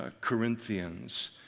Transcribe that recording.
Corinthians